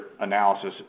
analysis